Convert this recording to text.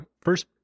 first